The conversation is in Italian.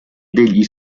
degli